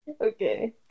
Okay